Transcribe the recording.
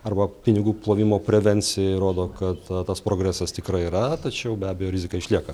arba pinigų plovimo prevencijai rodo kad tas progresas tikrai yra tačiau be abejo rizika išlieka